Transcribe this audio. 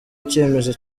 icyemezo